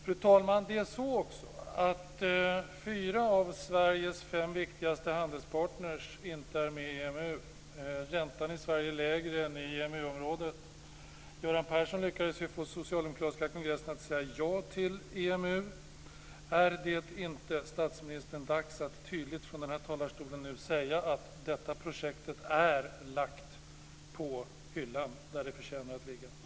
Fru talman! Fyra av Sveriges fem viktigaste handelspartner är inte med i EMU. Räntan i Sverige är lägre än i EMU-området. Göran Persson lyckades ju få den socialdemokratiska kongressen att säga ja till EMU. Är det inte nu dags, statsministern, att tydligt från den här talarstolen säga att detta projekt är lagt på hyllan, där det förtjänar att ligga?